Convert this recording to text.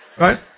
right